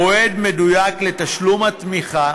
מועד מדויק לתשלום התמיכה,